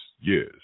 Yes